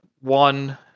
one